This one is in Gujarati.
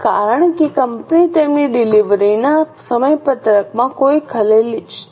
કારણ કે કંપની તેમના ડિલિવરીના સમયપત્રકમાં કોઈ ખલેલ ઇચ્છતી નથી